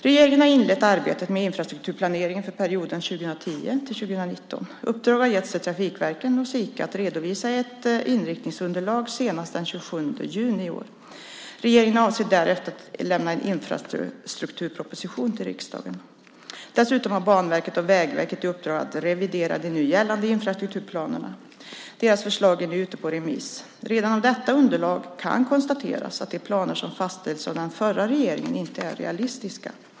Regeringen har inlett arbetet med infrastrukturplanering för perioden 2010-2019. Uppdrag har getts till trafikverken och Sika att redovisa ett inriktningsunderlag senast den 27 juni i år. Regeringen avser därefter att lämna en infrastrukturproposition till riksdagen. Dessutom har Banverket och Vägverket i uppdrag att revidera de nu gällande infrastrukturplanerna. Deras förslag är nu ute på remiss. Redan av detta underlag kan konstateras att de planer som fastställdes av den förra regeringen inte är realistiska.